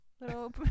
Little